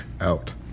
out